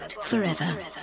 forever